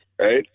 right